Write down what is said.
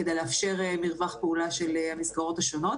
כדי לאפשר מרווח פעולה של המסגרות השונות.